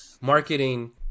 marketing